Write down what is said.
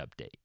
update